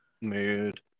Mood